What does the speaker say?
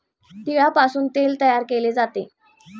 तिळापासून तेल तयार केले जाते